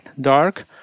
dark